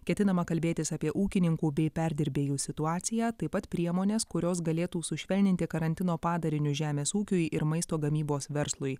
ketinama kalbėtis apie ūkininkų bei perdirbėjų situaciją taip pat priemones kurios galėtų sušvelninti karantino padarinius žemės ūkiui ir maisto gamybos verslui